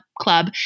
club